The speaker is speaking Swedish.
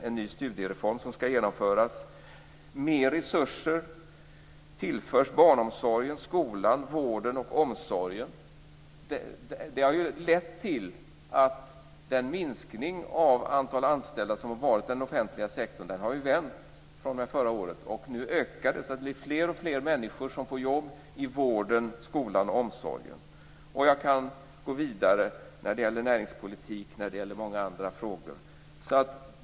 En ny studiereform skall genomföras. Mer resurser tillförs barnomsorgen, skolan, vården och omsorgen. Det har lett till att den minskning av antal anställda som varit i den offentliga sektorn har vänt förra året. Nu ökar det. Det är fler och fler människor som får jobb i vården, skolan och omsorgen. Jag kan gå vidare när det gäller näringspolitik och många andra frågor.